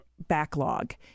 backlog